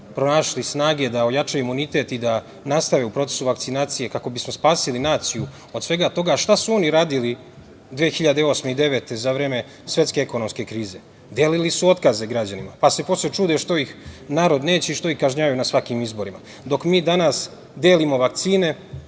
pronašli snage da ojačaju imunitet i da nastave u procesu vakcinacije kako bismo spasili naciju od svega toga. Šta su oni radili 2008. i 2009. godine za vreme svetske ekonomske krize? Delili su otkaze građanima. Pa, se posle čude što ih narod neće i što ih kažnjavaju na svakim izborima, dok mi danas delimo vakcine,